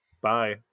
Bye